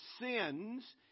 sins